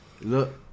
look